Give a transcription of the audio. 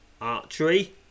archery